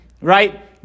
right